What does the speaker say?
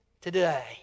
today